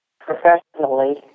professionally